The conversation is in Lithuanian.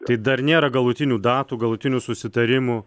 tai dar nėra galutinių datų galutinių susitarimų